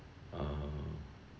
uh